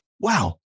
Wow